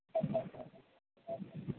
ہاں ہاں ہاں ہاں